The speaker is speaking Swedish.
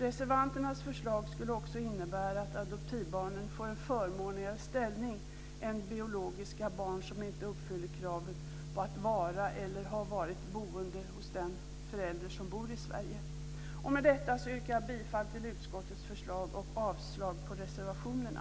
Reservanternas förslag skulle också innebära att adoptivbarnen får en förmånligare ställning än biologiska barn som inte uppfyller kravet på att vara eller ha varit boende hos den förälder som bor i Sverige. Med detta yrkar jag bifall till utskottets förslag till beslut och avslag på reservationerna.